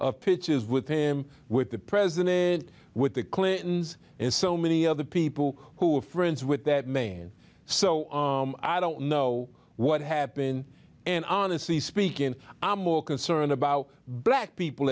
of pitches with him with the president with the clintons and so many other people who are friends with that man so i don't know what happened and honestly speaking i'm more concerned about black people